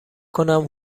کنم